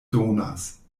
donas